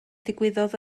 ddigwyddodd